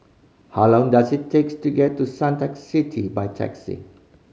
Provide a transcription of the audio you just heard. how long does it takes to get to Suntec City by taxi